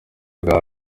ubwa